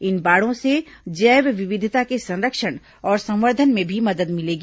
इन बाड़ों से जैव विविधता के संरक्षण और संवर्धन में भी मदद मिलेगी